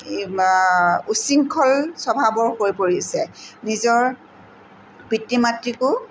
উচ্ছৃংখল স্বভাৱৰ হৈ পৰিছে নিজৰ পিতৃ মাতৃকো